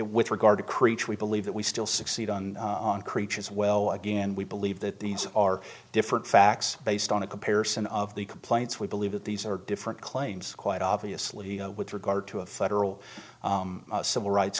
with regard to creech we believe that we still succeed on creatures well again we believe that these are different facts based on a comparison of the complaints we believe that these are different claims quite obviously with regard to a federal civil rights